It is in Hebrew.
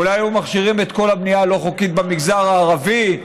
אולי היו מכשירים את כל הבנייה הלא-חוקית במגזר הערבי?